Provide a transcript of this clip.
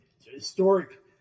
historic